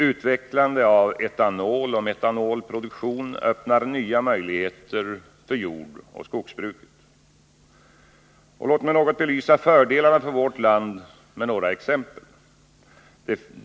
Utvecklande av etanoloch metanolproduktion öppnar nya möjligheter för jordoch skogsbruket. Låt mig belysa fördelarna för vårt land med några exempel.